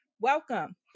welcome